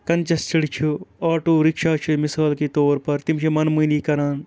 congested چھُ auto rickshaw چھِ مِثال کے طور پَر تِم چھِ منمٲنی کَران